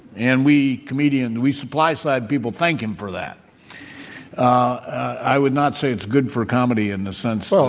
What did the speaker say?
and we comedian we supply side people thank him for that i would not say it's good for comedy in the sense so